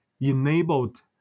enabled